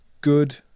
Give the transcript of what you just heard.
good